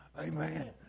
Amen